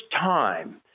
time